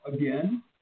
again